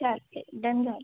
चालतं आहे डन झालं